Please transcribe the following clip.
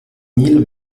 mille